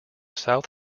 south